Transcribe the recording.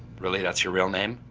really? that's your real name?